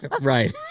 Right